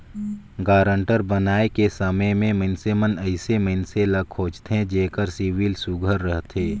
guarantor बनाए के समे में मइनसे मन अइसन मइनसे ल खोझथें जेकर सिविल सुग्घर रहथे